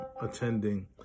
attending